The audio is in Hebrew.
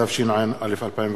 התשע"א 2011,